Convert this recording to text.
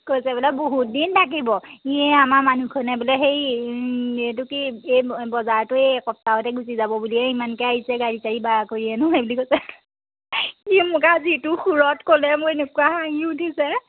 কৈছে বোলে বহুত দিন থাকিব সেই আমাৰ মানুহখনে বোলে হেৰি এইটো কি এই বজাৰটোৱে এসপ্তাহতে গুচি যাব বুলিয়ে ইমানকৈ আহিছে গাড়ী চাৰী ভাড়া কৰি হেনো এইবুলি কৈছে সি মোক আজি যিটো সুৰত ক'লে মোৰ এনেকুৱা হাঁহি উঠিছে